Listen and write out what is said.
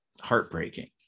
heartbreaking